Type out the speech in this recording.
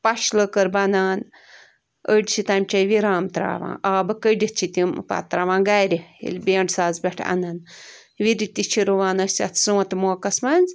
پش لٔکٕر بَنان أڑۍ چھِ تٔمچے وِرام تَراوان آبہٕ کٔڈتھ چھِ تِم پتہٕ تَراوان گَرِ ییٚلہِ بینٛڈ ساز پٮ۪ٹھ اَنان وِرِ تہِ چھِ رُوان أسۍ اَتھ سونٛتہٕ موقعَس منٛز